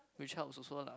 which helps also lah